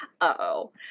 Uh-oh